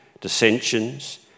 dissensions